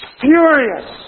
furious